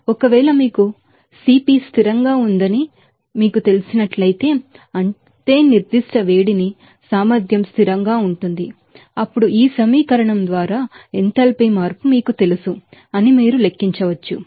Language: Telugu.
ఒకవేళ మీకు Cp స్థిరంగా ఉందని మీకు తెలిసినట్లయితే అంటే స్పెసిఫిక్ హీట్ కెపాసిటీ కాన్స్టాంట్ గా ఉంటుంది అప్పుడు ఈ సమీకరణం ద్వారా ఎంథాల్పీ మార్పు మీకు తెలుసు అని మీరు లెక్కించవచ్చు